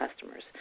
customers